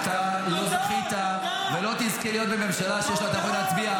אתה לא זכית ולא תזכה להיות בממשלה שאתה יכול להצביע.